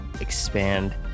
expand